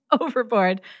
overboard